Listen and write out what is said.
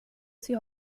sie